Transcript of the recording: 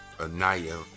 Anaya